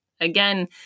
Again